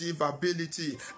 Ability